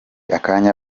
akanya